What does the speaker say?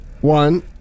one